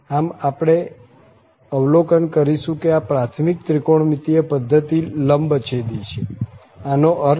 આમ આપણે અવલોકન કરીશું કે આ પ્રાથમિક ત્રિકોણમિતિય પધ્ધતિ લંબછેદી છે આનો અર્થ